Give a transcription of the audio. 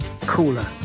Cooler